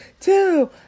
two